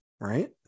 right